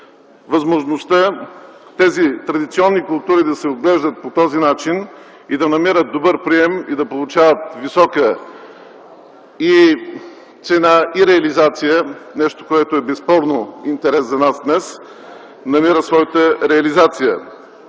възможността тези традиционни култури да се отглеждат по този начин и да намират добър прием, да получават висока цена и реализация – нещо, което е безспорен интерес за нас днес, намира своята реализация.